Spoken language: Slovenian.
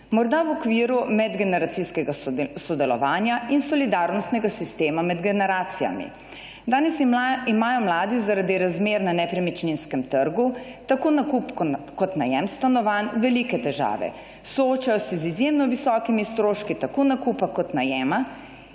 morda v okviru medgeneracijskega sodelovanja in solidarnostnega sistema med generacijami. Danes imajo mladi zaradi razmer na nepremičninskem trgu tako nakup kot najem stanovanj velike težave, soočajo se z izjemno visokimi stroški tako nakupa kot najema,